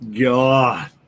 god